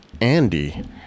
Andy